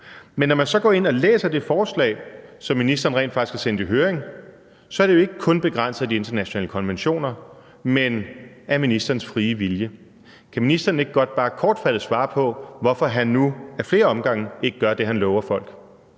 men når man så går ind og læser det forslag, som ministeren rent faktisk har sendt i høring, ser man, at det jo ikke kun er begrænset af de internationale konventioner, men af ministerens frie vilje. Kan ministeren ikke godt bare kortfattet svare på, hvorfor han nu ad flere omgange ikke gør det, han lover folk?